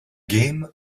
game